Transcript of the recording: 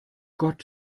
gott